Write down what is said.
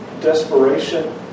desperation